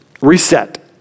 reset